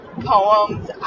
Poems